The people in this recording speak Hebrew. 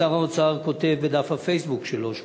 שר האוצר כותב בדף הפייסבוק שלו שהוא